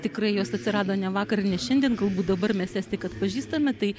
tikrai jos atsirado ne vakar ir ne šiandien galbūt dabar mes tik atpažįstame tai